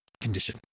condition